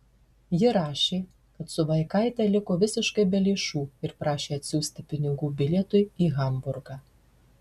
ji rašė kad su vaikaite liko visiškai be lėšų ir prašė atsiųsti pinigų bilietui į hamburgą